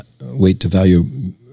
weight-to-value